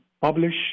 publish